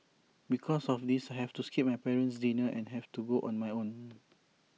because of this I have to skip my parent's dinner and have to go on my own